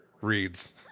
reads